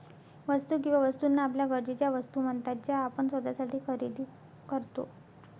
वस्तू किंवा वस्तूंना आपल्या गरजेच्या वस्तू म्हणतात ज्या आपण स्वतःसाठी खरेदी करतो